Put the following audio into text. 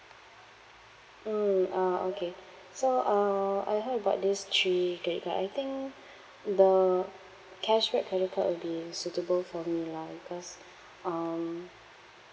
mm ah okay so uh I heard about these three credit card I think the cashback credit card will be suitable for me lah because um